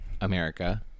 America